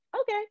okay